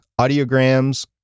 audiograms